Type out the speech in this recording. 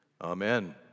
amen